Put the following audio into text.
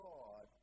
God